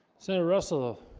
senator russell,